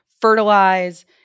fertilize